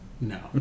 No